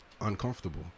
uncomfortable